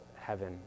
heaven